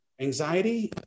anxiety